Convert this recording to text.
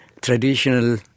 traditional